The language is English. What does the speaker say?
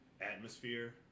atmosphere